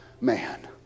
man